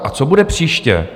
A co bude příště?